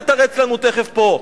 תתרץ לנו תיכף פה.